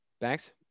Thanks